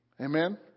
Amen